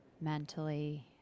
mentally